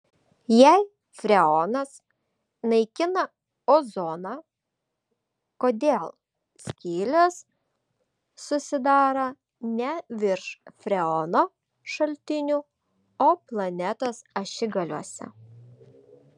jei freonas naikina ozoną kodėl skylės susidaro ne virš freono šaltinių o planetos ašigaliuose